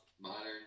modern